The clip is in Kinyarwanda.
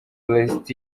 brexit